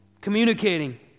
communicating